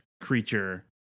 creature